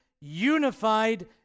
unified